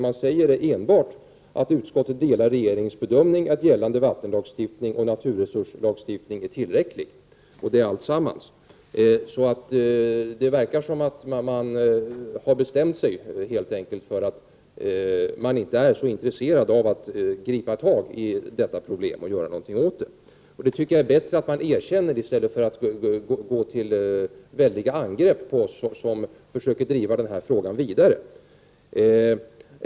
Man säger enbart att utskottet delar regeringens bedömning att gällande vattenlagstiftning och naturresurslagstiftning är tillräcklig. Det verkar som om att man har helt enkelt bestämt sig för att man inte är så intresserad av att gripa tag i detta problem och göra något åt det. Jag tycker att det är bättre att man erkänner det än att gå till angrepp på oss som försöker driva frågan vidare.